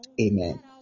Amen